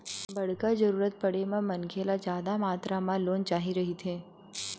बड़का जरूरत परे म मनखे ल जादा मातरा म लोन चाही रहिथे